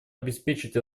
обеспечить